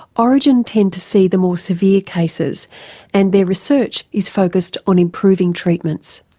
orygen tend to see the more severe cases and their research is focussed on improving treatments.